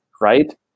right